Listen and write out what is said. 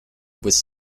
was